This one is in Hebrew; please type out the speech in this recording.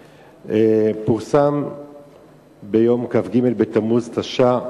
פורסם ביום כ"ג בתמוז תש"ע,